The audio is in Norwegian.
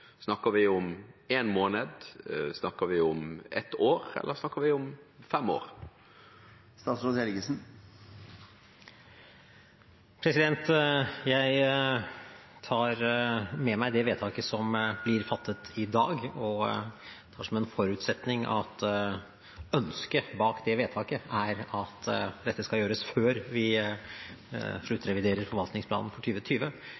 Snakker vi om én måned, snakker vi om ett år, eller snakker vi om fem år? Jeg tar med meg det vedtaket som blir fattet i dag, og tar som en forutsetning at ønsket bak det vedtaket er at dette skal gjøres før vi sluttreviderer forvaltningsplanen for